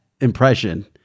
impression